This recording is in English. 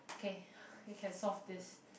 okay you can solve this